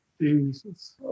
Jesus